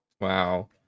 Wow